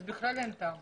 אז בכלל אין טעם.